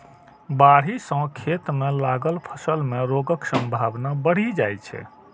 बाढ़ि सं खेत मे लागल फसल मे रोगक संभावना बढ़ि जाइ छै